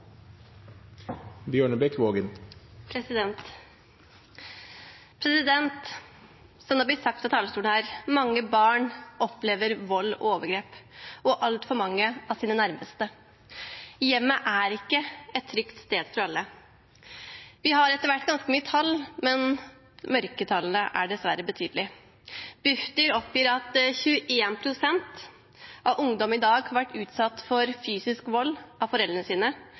blitt sagt fra talerstolen her: Mange barn opplever vold og overgrep – og altfor mange av sine nærmeste. Hjemmet er ikke et trygt sted for alle. Vi har etter hvert ganske mange tall, men mørketallene er dessverre betydelige. Bufdir oppgir at 21 pst. av ungdom i dag har vært utsatt for fysisk vold av foreldrene sine,